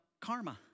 karma